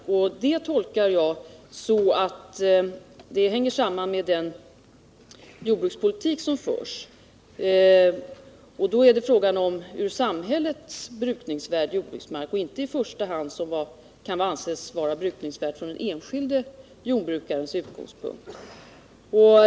Jag tolkar uttrycket brukningsvärd så att det hänger samman med den jordbrukspolitik som förs, och det är då fråga om från samhällets synpunkt brukningsvärd jordbruksmark och inte i första hand jordbruksmark som kan anses vara brukningsvärd från den enskilde jordbrukarens utgångspunkt.